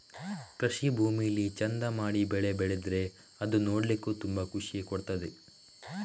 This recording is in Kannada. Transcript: ಕೃಷಿ ಭೂಮಿಲಿ ಚಂದ ಮಾಡಿ ಬೆಳೆ ಬೆಳೆದ್ರೆ ಅದು ನೋಡ್ಲಿಕ್ಕೂ ತುಂಬಾ ಖುಷಿ ಕೊಡ್ತದೆ